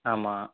ஆமாம்